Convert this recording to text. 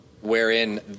wherein